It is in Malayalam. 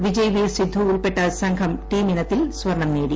വിജയ്വീർ സിദ്ദു ഉൾപ്പെട്ട സംഘം ടീം ഇനത്തിൽ സ്വർണം നേടി